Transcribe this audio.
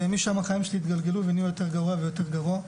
ומשם החיים שלי התגלגלו ונהיו יותר גרוע ויותר גרוע.